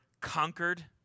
conquered